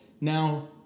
now